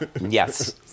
yes